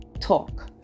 talk